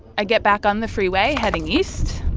i get back on the freeway heading east